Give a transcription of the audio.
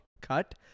cut